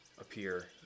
appear